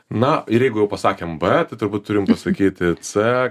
na ir jeigu jau pasakėm b bet turbūt turim sakyti c